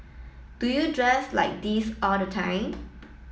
do you dress like this all the time